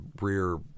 rear